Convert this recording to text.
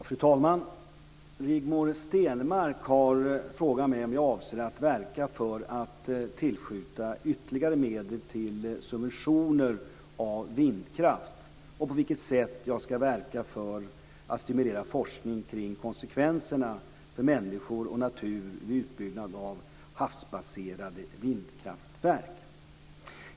Fru talman! Rigmor Stenmark har frågat mig om jag avser att verka för att tillskjuta ytterligare medel till subventioner av vindkraft och på vilket sätt jag ska verka för att stimulera forskning kring konsekvenserna för människor och natur vid utbyggnad av havsbaserade vindkraftverk.